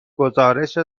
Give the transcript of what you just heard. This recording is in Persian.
گزارش